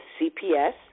CPS